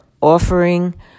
offering